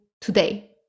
today